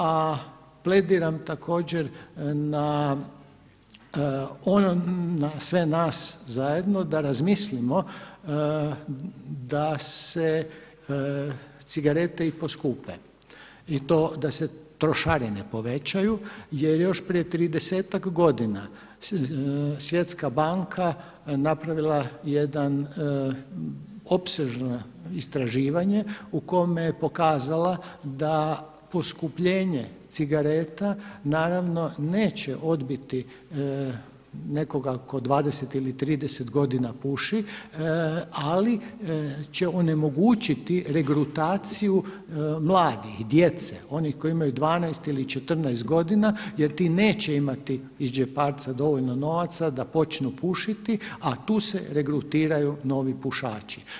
A plediram također na sve nas zajedno da razmislimo da se cigarete i poskupe i to da se trošarine povećaju jer još prije tridesetak godina Svjetska banka napravila jedno opsežno istraživanje u kome je pokazala da poskupljenje cigareta naravno neće odbiti nekoga tko 20 ili 30 godina puši, ali će onemogućiti regrutaciju mladih, djece onih koji imaju 12 ili 14 godina jer ti neće imati iz džeparca dovoljno novaca da počnu pušiti, a tu se regrutiraju novi pušači.